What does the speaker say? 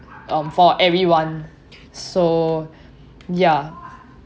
mm for everyone so ya